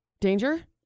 Danger